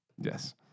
Yes